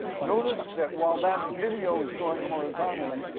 notice that while that video is going horizontally,